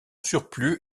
surplus